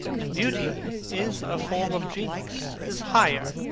and beauty is a form of genius is higher,